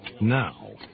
Now